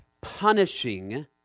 punishing